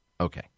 Okay